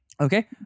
Okay